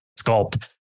sculpt